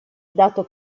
dato